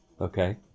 okay